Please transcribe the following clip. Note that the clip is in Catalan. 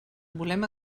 volem